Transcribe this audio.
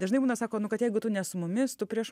dažnai būna sako nu kad jeigu tu ne su mumis tu prieš